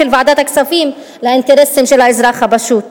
הדאגה של ועדת הכספים לאינטרסים של האזרח הפשוט.